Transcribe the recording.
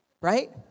right